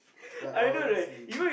like honestly